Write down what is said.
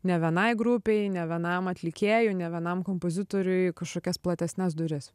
ne venai grupei ne venam atlikėju ne venam kompozitoriui kažkokias platesnes duris